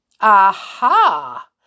Aha